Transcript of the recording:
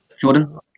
Jordan